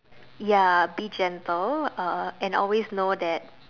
ya be gentle and always know that